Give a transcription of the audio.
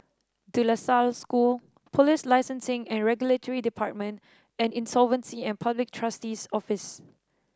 De La Salle School Police Licensing and Regulatory Department and Insolvency and Public Trustee's Office